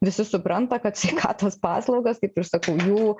visi supranta kad sveikatos paslaugos kaip ir sakau jų